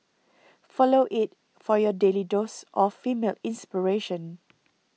follow it for your daily dose of female inspiration